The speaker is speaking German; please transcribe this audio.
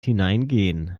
hineingehen